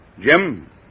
Jim